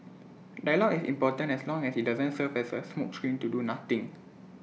dialogue is important as long as IT doesn't serve as A smokescreen to do nothing